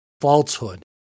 falsehood